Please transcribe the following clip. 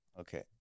Okay